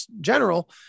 general